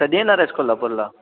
कधी येणार आहेस कोल्हापुरला